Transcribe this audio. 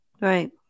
Right